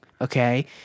Okay